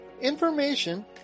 information